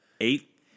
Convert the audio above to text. Eight